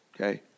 Okay